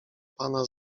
pana